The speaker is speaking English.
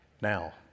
Now